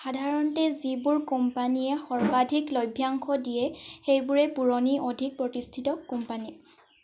সাধাৰণতে যিবোৰ কোম্পানীয়ে সৰ্বাধিক লভ্যাংশ দিয়ে সেইবোৰেই পুৰণি অধিক প্ৰতিষ্ঠিত কোম্পানী